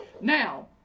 Now